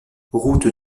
route